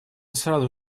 сразу